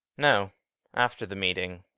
no after the meeting.